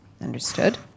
Understood